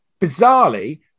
bizarrely